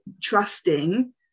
trusting